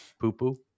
poo-poo